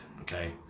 okay